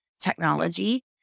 technology